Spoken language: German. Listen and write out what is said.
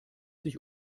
sich